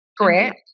Correct